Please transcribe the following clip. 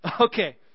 Okay